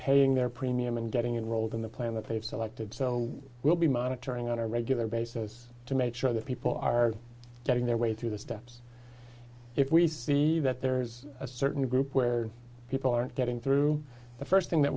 paying their premium and getting rolled in the plan that they've selected so we'll be monitoring on a regular basis to make sure that people are getting their way through the steps if we see that there's a certain group where people aren't getting through the first thing that